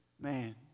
man